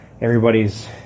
Everybody's